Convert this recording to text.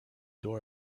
door